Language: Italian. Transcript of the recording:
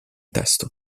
testo